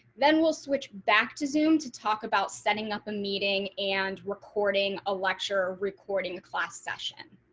then we'll switch back to zoom to talk about setting up a meeting and recording a lecture recording class session.